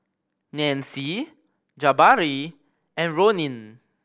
Nancy Jabari and Ronin